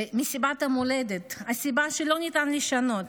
ומסיבת יום הולדת, הסיבה שלא ניתן לשנות,